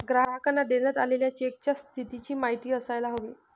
ग्राहकांना देण्यात आलेल्या चेकच्या स्थितीची माहिती असायला हवी